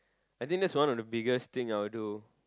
I think that's one of the biggest thing I would do